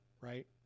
right